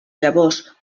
llavors